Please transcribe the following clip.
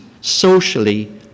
Socially